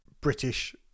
British